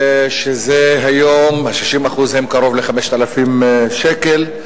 כשהיום 60% הם קרוב ל-5,000 שקלים.